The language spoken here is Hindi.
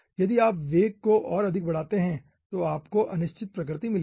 यदि आप वेग को और अधिक बढ़ाते हैं तो आपको अनिश्चित प्रकृति मिलेगी